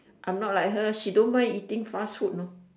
I'm not like her she don't mind eating fast food know